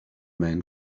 man